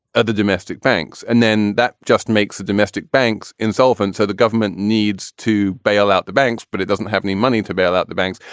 ah the domestic banks, and then that just makes the domestic banks insolvent. so the government needs to bail out the banks, but it doesn't have any money to bail out the banks.